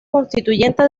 constituyente